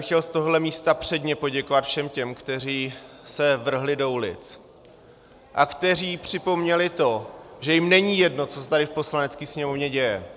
Chtěl bych z tohoto místa předně poděkovat všem těm, kteří se vrhli do ulic a kteří připomněli to, že jim není jedno, co se tady v Poslanecké sněmovně děje.